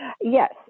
Yes